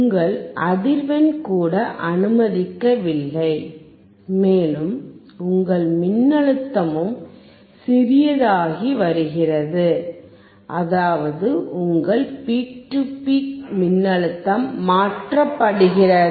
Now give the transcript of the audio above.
உங்கள் அதிர்வெண் கூட அனுமதிக்கவில்லை மேலும் உங்கள் மின்னழுத்தமும் சிறியதாகி வருகிறது அதாவது உங்கள் பீக் டு பீக் மின்னழுத்தம் மாற்றப்படுகிறது